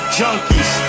junkies